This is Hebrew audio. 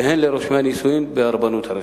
והן לרושמי הנישואים ברבנות הראשית.